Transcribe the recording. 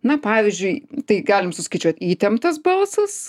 na pavyzdžiui tai galim suskaičiuot įtemptas balsas